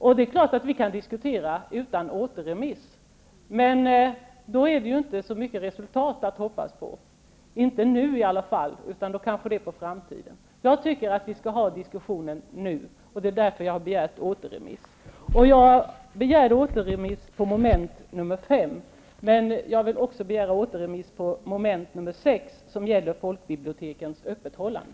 Vi kan naturligtvis diskutera utan att begära återremiss. Då är det inte så mycket resultat att hoppas på, i alla fall inte nu men kanske i framtiden. Jag tycker att vi skall ha en diskussion nu, och därför har jag begärt återremiss. Jag begärde återremiss under mom. 5, men jag vill också begära återremiss under mom. 6, som gäller folkbibliotekens öppethållande.